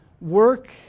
work